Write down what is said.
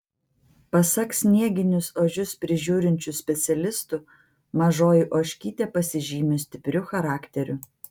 pasak snieginius ožius prižiūrinčių specialistų mažoji ožkytė pasižymi stipriu charakteriu